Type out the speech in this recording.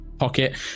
pocket